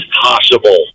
possible